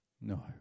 No